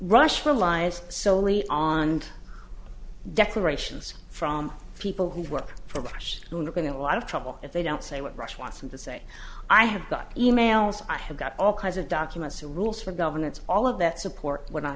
rush reliance celery on declarations from people who work for cash going in a lot of trouble if they don't say what russia wants them to say i have got e mails i have got all kinds of documents the rules for governance all of that support wh